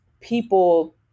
people